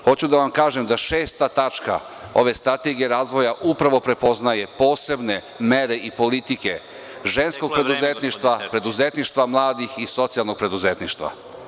Hoću da vam kažem da šesta tačka ove strategije razvoja upravo prepoznaje posebne mere i politike ženskog preduzetništva, preduzetništva mladih i socijalnog preduzetništva.